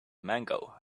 mango